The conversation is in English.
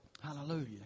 Hallelujah